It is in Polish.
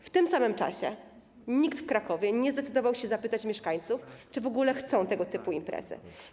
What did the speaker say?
W tym samym czasie nikt w Krakowie nie zdecydował się zapytać mieszkańców, czy w ogóle chcą tego typu imprezy.